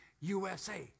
USA